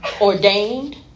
ordained